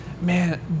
Man